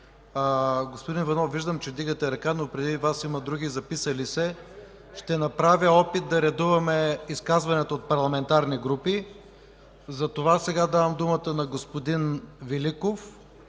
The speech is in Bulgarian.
Господин Иванов, виждам че вдигате ръка, но преди Вас има други записали се. Ще направя опит да редуваме изказванията от парламентарните групи. Затова сега давам думата на господин Великов.